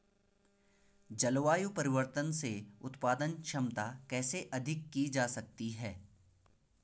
जलवायु परिवर्तन से उत्पादन क्षमता कैसे अधिक की जा सकती है?